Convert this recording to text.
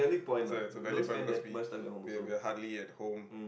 it's a it's a valid point because we we will huggy at home